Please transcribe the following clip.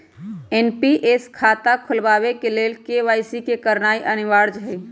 NPS खता खोलबाबे के लेल के.वाई.सी करनाइ अनिवार्ज हइ